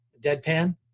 deadpan